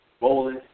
bowling